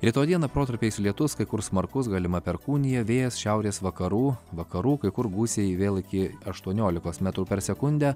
rytoj dieną protarpiais lietus kai kur smarkus galima perkūnija vėjas šiaurės vakarų vakarų kai kur gūsiai vėl iki aštuoniolikos metrų per sekundę